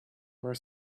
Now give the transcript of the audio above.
were